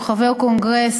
או חבר קונגרס,